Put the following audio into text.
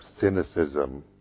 cynicism